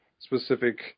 specific